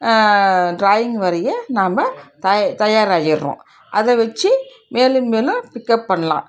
drawing வரைய நம்ப தயார் தயார் ஆகிடுறோம் அதை வெச்சு மேலும் மேலும் பிக்கப் பண்ணலாம்